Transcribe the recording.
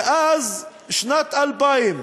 מאז שנת 2000,